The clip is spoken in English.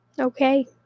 Okay